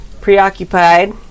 preoccupied